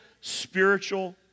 spiritual